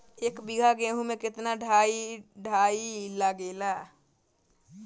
एक बीगहा गेहूं में केतना डाई लागेला?